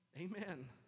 Amen